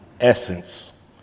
essence